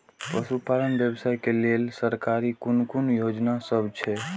पशु पालन व्यवसाय के लेल सरकारी कुन कुन योजना सब छै?